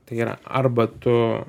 tai yra arba tu